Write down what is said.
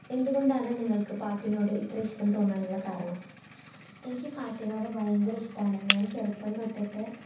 എന്തുകൊണ്ടാണ് നിങ്ങൾക്ക് പാട്ടിനോട് എത്ര ഇഷ്ടം തോന്നാനുള്ള കാരണം എനിക്ക് പാട്ടിനോട് ഭയങ്കര ഇഷ്ടം ആണ് ഞൻ ചെറുപ്പം തൊട്ടിട്ട്